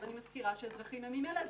אני מזכירה שאזרחים הם ממילא אזרחים,